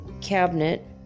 cabinet